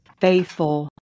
faithful